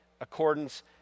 accordance